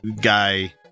guy